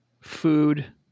food